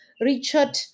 Richard